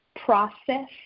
process